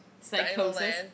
Psychosis